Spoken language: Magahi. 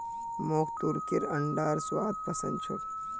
मोक तुर्कीर अंडार स्वाद पसंद छोक